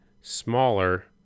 smaller